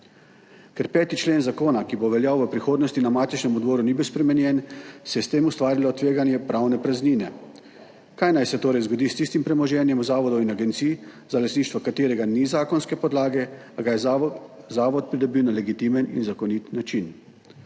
Ker 5. člen zakona, ki bo veljal v prihodnosti, na matičnem odboru ni bil spremenjen, se je s tem ustvarilo tveganje pravne praznine, kaj naj se torej zgodi s tistim premoženjem zavodov in agencij, za lastništvo katerega ni zakonske podlage, pa ga je zavod pridobil na legitimen in zakonit način.